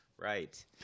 right